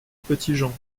petitjean